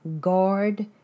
Guard